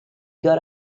got